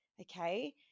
okay